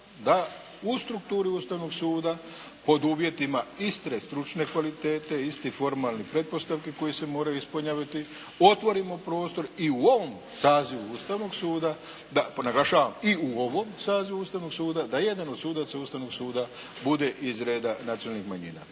da u strukturi Ustavnog suda pod uvjetima iste stručne kvalitete, istih formalnih pretpostavki koje se moraju ispunjavati, otvorimo prostor i u ovom sazivu Ustavnog suda da, naglašavam i u ovom sazivu Ustavnog suda, da jedan od sudaca Ustavnog suda bude iz reda nacionalnih manjina,